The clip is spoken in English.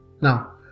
Now